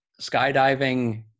skydiving